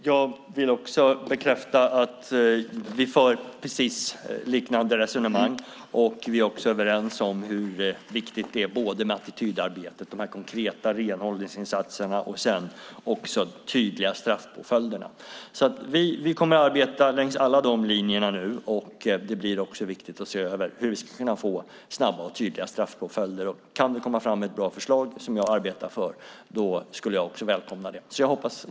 Herr talman! Jag vill bekräfta att vi för liknande resonemang. Vi är överens om att det är viktigt med attitydarbetet, med konkreta renhållningsinsatser och tydliga straffpåföljder. Vi kommer att arbeta med alla de frågorna nu, och det blir viktigt att se över hur vi kan få snabba och tydliga påföljder. Kan vi komma fram till ett bra förslag, som jag arbetar för, skulle jag välkomma det.